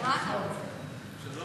ראשית